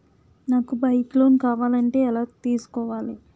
నాకు bike loan కావాలంటే ఎలా తీసుకోవాలి?